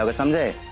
ah someday.